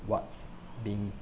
what's being